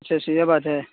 اچھا اچھا یہ بات ہے